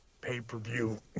pay-per-view